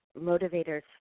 motivators